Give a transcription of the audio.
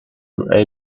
were